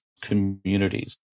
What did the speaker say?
communities